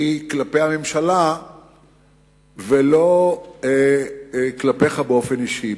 היא כלפי הממשלה ולא כלפיך באופן אישי.